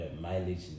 mileage